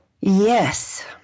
Yes